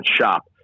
shop